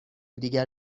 دیگر